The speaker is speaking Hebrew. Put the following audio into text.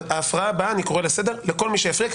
בהפרעה הבאה אני קורא לסדר לכל מי שיפריע כי